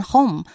Home